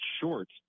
short